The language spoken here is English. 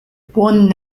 one